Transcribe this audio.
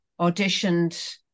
auditioned